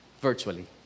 virtually